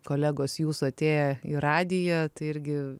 kolegos jūsų atėję į radiją tai irgi